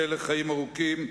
ארוכים,